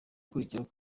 gukurikiraho